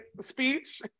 speech